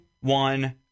one